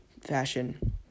fashion